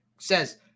says